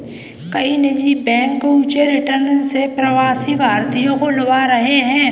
कई निजी बैंक ऊंचे रिटर्न से प्रवासी भारतीयों को लुभा रहे हैं